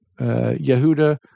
Yehuda